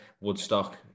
Woodstock